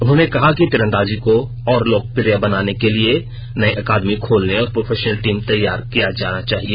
उन्होंने कहा कि तीरंदाजी को और लोकप्रिय बनाने के लिए नये अकादमी खोलने और प्रोफेशनल टीम तैयार किया जाना चाहिए